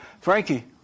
Frankie